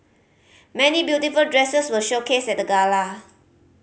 many beautiful dresses were showcased at the gala